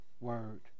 word